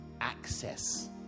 access